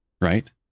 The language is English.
Right